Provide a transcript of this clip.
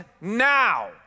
now